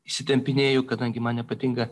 įsitempinėju kadangi man nepatinka